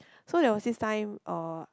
so there were since time uh